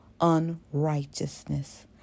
unrighteousness